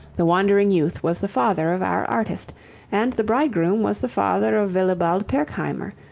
the wandering youth was the father of our artist and the bridegroom was the father of wilibald pirkheimer,